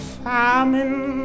famine